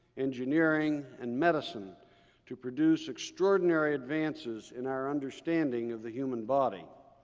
engineering, and medicine to produce extraordinary advances in our understanding of the human body.